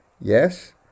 Yes